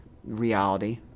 Reality